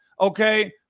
okay –